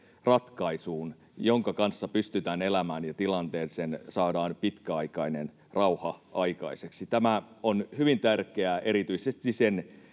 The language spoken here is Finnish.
ratkaisuun, jonka kanssa pystytään elämään, ja tilanteeseen saadaan pitkäaikainen rauha aikaiseksi. Tämä on hyvin tärkeää erityisesti sen